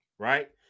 Right